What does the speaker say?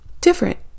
different